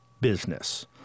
business